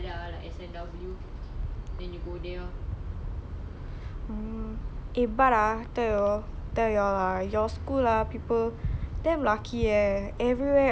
eh but ah tell you all tell you all ah your school ah people damn lucky eh everywhere got air condition eh !wah! shiok eh I wish my school like that also